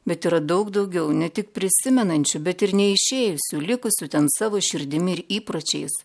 bet yra daug daugiau ne tik prisimenančių bet ir neišėjusių likusių ten savo širdimi ir įpročiais